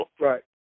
Right